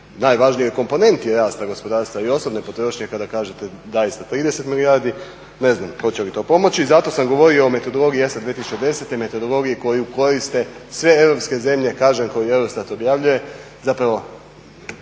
najvažnijoj komponenti rasta gospodarstva i osobne potrošnje kada kažete da je sa 30 milijardi ne znam hoće li to pomoći i zato sam govorio o metodologiji ESA 2010.i metodologiji koju koriste sve europske zemlje koje EUROSTAT objavljuje zapravo